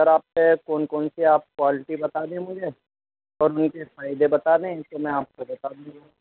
سر آپ کے کون کونسی آپ کوالٹی بتا دیں مجھے اور مجھے فائدے بتا دیں ان کے میں آپ کو بتا دونگا